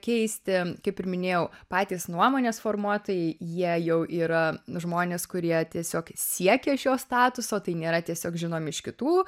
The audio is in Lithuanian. keisti kaip ir minėjau patys nuomonės formuotojai jie jau yra žmonės kurie tiesiog siekia šio statuso tai nėra tiesiog žinomi iš kitų